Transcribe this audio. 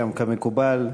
כמקובל,